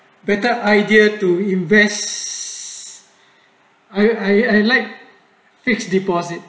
better idea to invest I I like fixed deposit